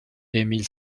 emile